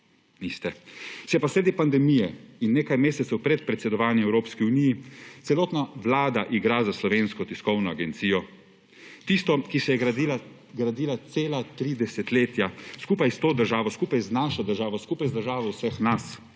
Niste! Še posebej pandemije in nekaj mesec pred predsedovanjem Evropski uniji se celotna Vlada igra s Slovensko tiskovno agencijo; tisto, ki se je gradila cela tri desetletja skupaj s to državo, skupaj z našo državo, skupaj z državo vseh nas